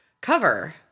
cover